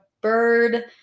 bird